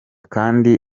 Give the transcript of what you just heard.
kandi